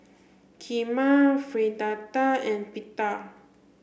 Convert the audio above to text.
Kheema Fritada and Pita